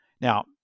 now